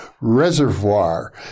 reservoir